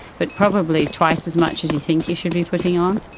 but probably twice as much as you think you should be putting on.